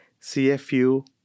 CFU